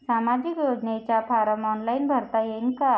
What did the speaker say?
सामाजिक योजनेचा form online भरता येईन का?